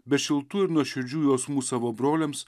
be šiltų ir nuoširdžių jausmų savo broliams